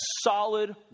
solid